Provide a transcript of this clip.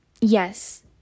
Yes